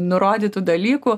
nurodytų dalykų